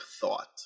thought